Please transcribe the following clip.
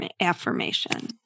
affirmation